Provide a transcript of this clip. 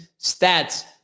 stats